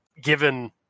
Given